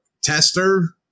tester